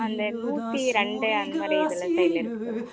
அந்த நூற்றி ரெண்டு அந்த மாதிரி இதில் சைடில் இருக்கு பாருங்கள்